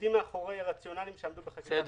ועומדים מאחורי הרציונל שעמדו בחקיקה,